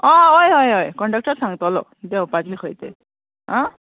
आं हय हय हय कॉन्डक्टर सांगतलो देंवपाचें खंय तें आं